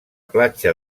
platja